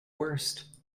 worst